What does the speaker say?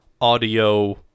audio